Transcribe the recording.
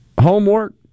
homework